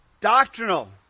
doctrinal